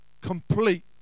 complete